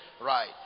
Right